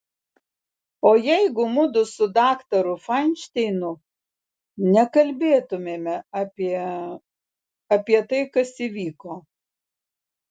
o jeigu mudu su daktaru fainšteinu nekalbėtumėme apie apie tai kas įvyko